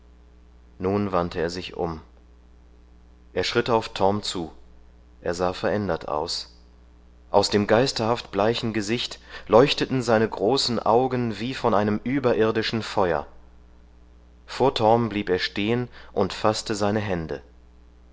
nun wandte er sich um er schritt auf torm zu er sah verändert aus aus dem geisterhaft bleichen gesicht leuchteten seine großen augen wie von einem überirdischen feuer vor torm blieb er stehen und faßte seine hände